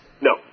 No